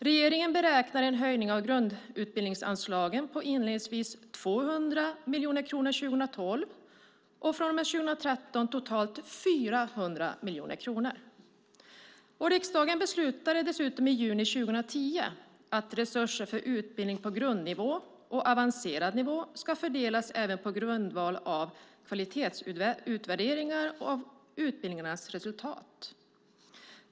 Regeringen beräknar en höjning av grundutbildningsanslagen med inledningsvis 200 miljoner kronor 2012 och från och med 2013 med totalt 400 miljoner kronor. Riksdagen beslutade dessutom i juni 2010 att resurser för utbildning på grundnivå och avancerad nivå ska fördelas även på grundval av kvalitetsutvärderingar av utbildningarnas resultat.